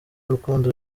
urukundo